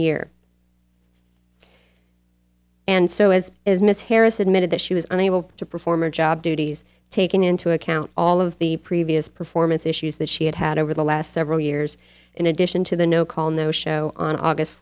year and so as is miss harris admitted that she was unable to perform or job duties taking into account all of the previous performance issues that she had had over the last several years in addition to the no call no show on august